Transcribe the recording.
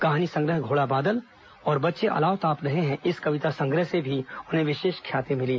कहानी संग्रह घोड़ा बादल और बच्चे अलाव ताप रहे हैं इस कविता संग्रह से भी उन्हें विशेष ख्याति मिली